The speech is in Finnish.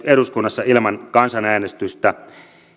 eduskunnassa ilman kansanäänestystä